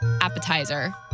appetizer